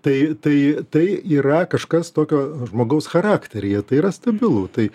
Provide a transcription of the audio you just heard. tai tai tai yra kažkas tokio žmogaus charakteryje tai yra stabilu tai